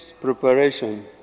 preparation